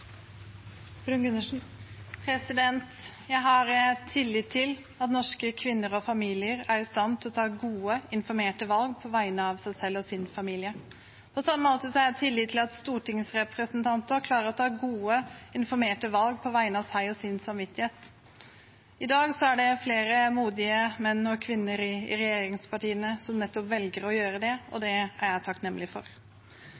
i stand til å ta gode, informerte valg på vegne av seg selv og sin familie. På samme måte har jeg tillit til at stortingsrepresentanter klarer å ta gode, informerte valg på vegne av seg og sin samvittighet. I dag er det flere modige menn og kvinner i regjeringspartiene som nettopp velger å gjøre det.